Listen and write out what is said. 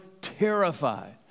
terrified